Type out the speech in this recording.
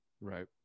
Right